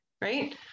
right